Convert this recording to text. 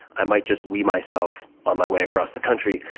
i might just wee myself on my way across the country,